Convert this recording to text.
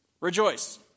Rejoice